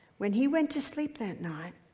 when he went to sleep that night